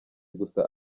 gusa